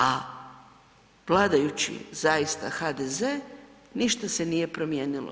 A vladajući zaista HDZ ništa se nije promijenilo.